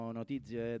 notizie